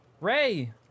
Ray